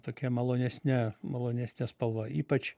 tokia malonesne malonesne spalva ypač